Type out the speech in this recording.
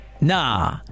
nah